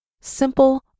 Simple